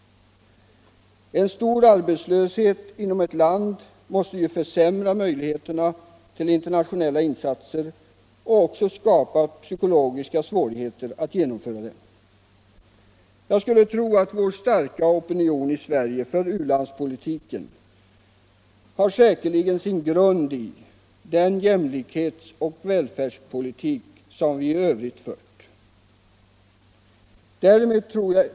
En stor arbetslöshet inom ett land måste ju försämra möjligheterna till internationella insatser och skapa psykologiska svårigheter att genomföra dem. Jag skulle tro att vår starka opi nion i Sverige för u-landspolitiken har sin grund i den jämlikhetsoch välfärdspolitik som vi i övrigt fört.